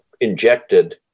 injected